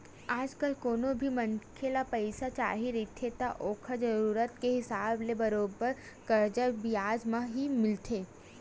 आजकल कोनो भी मनखे ल पइसा चाही रहिथे त ओखर जरुरत के हिसाब ले बरोबर करजा बियाज म ही मिलथे